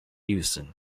houston